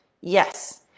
Yes